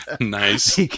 Nice